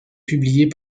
publiée